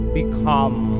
become